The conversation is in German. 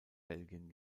belgien